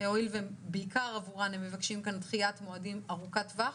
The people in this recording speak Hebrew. הואיל ובעיקר עבורן הם מבקשים כאן דחיית מועדים ארוכת טווח.